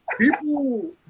people